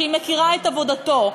שהיא מכירה את עבודתו,